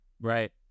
Right